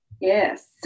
Yes